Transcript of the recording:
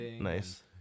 Nice